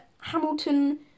Hamilton